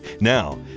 Now